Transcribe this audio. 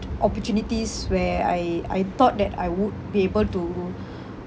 opportunities where I I thought that I would be able to